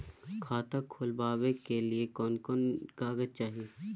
खाता खोलाबे के लिए कौन कौन कागज चाही?